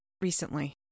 recently